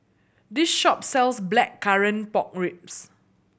this shop sells Blackcurrant Pork Ribs